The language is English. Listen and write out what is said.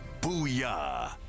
Booyah